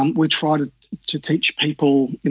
um we try to to teach people,